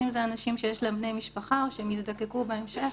אם זה אנשים שיש להם בני משפחה או שיזדקקו בהמשך.